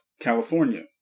California